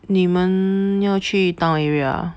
你们要去 town area ah